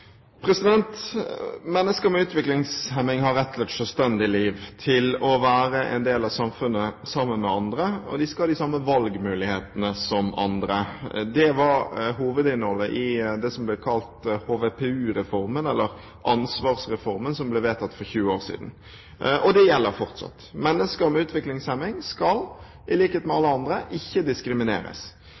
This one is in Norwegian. Mennesker med utviklingshemning har rett til et selvstendig liv og til å være en del av samfunnet sammen med andre, og de skal ha de samme valgmulighetene som andre. Det var hovedinnholdet i det som ble kalt HVPU-reformen, eller ansvarsreformen, som ble vedtatt for vel 20 år siden. Dette gjelder fortsatt. Mennesker med utviklingshemning skal i likhet med alle andre ikke diskrimineres.